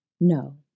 No